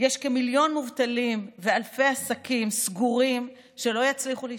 יש כמיליון מובטלים ואלפי עסקים סגורים שלא יצליחו להשתקם.